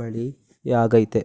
ಬಳ್ಳಿಯಾಗಯ್ತೆ